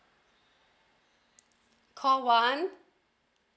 call one